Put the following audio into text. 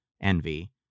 envy